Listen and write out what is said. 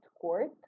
court